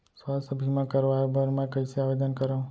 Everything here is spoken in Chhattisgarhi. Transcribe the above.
स्वास्थ्य बीमा करवाय बर मैं कइसे आवेदन करव?